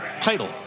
title